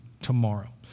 tomorrow